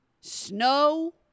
snow